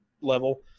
level